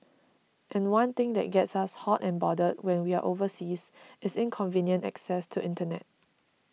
and one thing that gets us hot and bothered when we're overseas is inconvenient access to internet